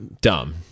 dumb